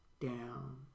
down